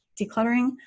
decluttering